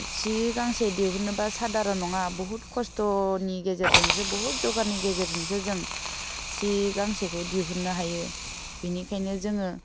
सि गांसे दिहुननोबा साधारन' नङा बुहुत खस्थ'नि गेजेरजोंसो बुहुत जगारनि गेजेरजोंसो जों सि गांसेखौ दिहुननो हायो बिनिखायनो जोङो